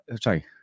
sorry